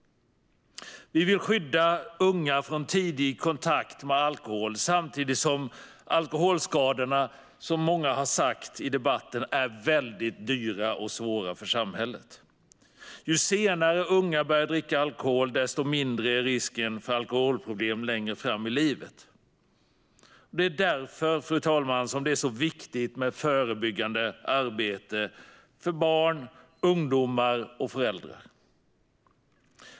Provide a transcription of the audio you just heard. Vi vill skydda unga från tidig kontakt med alkohol. Samtidigt är alkoholskadorna, som många har sagt i debatten, mycket dyra och svåra för samhället. Ju senare unga börjar dricka alkohol, desto mindre är risken för alkoholproblem längre fram i livet. Det är därför som det är så viktigt med förebyggande arbete för barn, ungdomar och föräldrar.